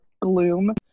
gloom